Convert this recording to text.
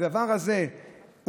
בדבר הזה,